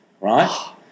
Right